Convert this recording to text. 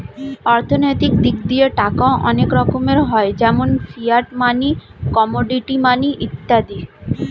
অর্থনৈতিক দিক দিয়ে টাকা অনেক রকমের হয় যেমন ফিয়াট মানি, কমোডিটি মানি ইত্যাদি